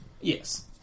Yes